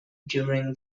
during